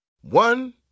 One